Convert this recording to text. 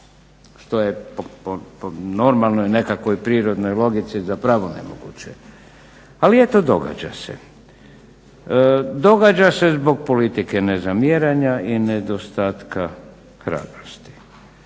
što je po normalnoj nekakvoj prirodnoj logici zapravo nemoguće. Ali eto događa se. Događa se zbog politike nezamjeranja i nedostatka hrabrosti.